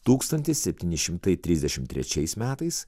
tūkstantis septyni šimtai trisdešimt trečiais metais